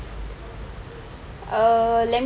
err let me see